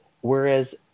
whereas